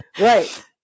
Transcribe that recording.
Right